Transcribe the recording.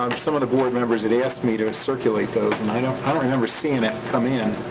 um some of the board members had asked me to and circulate those, and i don't i don't remember seeing it come in.